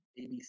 ABC